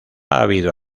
habido